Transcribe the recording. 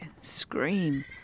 scream